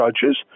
judges